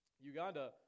Uganda